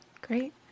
Great